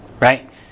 right